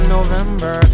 November